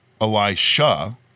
Elisha